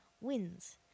wins